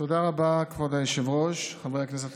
למחלוקות קואליציוניות,